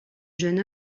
jeune